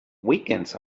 weekends